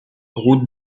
route